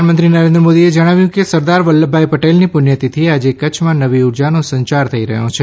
પ્રધાનમંત્રીશ્રી નરેન્દ્ર મોદીએ જણાવ્યું કે સરદાર વલ્લભભાઇ પટેલની પૂષ્યતીથીએ આજે કચ્છમાં નવી ઉર્જાનો સંચાર થઇ રહ્યો છે